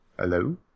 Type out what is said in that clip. Hello